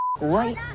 Right